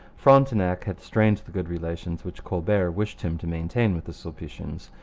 frontenac had strained the good relations which colbert wished him to maintain with the sulpicians.